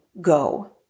go